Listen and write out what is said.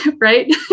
right